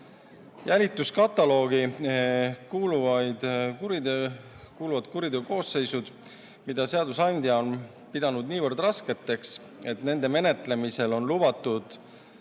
Jälituskataloogi kuuluvad kuriteokoosseisud, mida seadusandja on pidanud niivõrd raskeks, et nende menetlemisel on lubatud